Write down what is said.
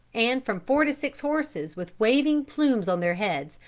and from four to six horses, with waving plumes on their heads,